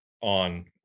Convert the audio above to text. on